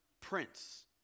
Prince